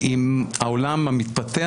עם העולם המתפתח.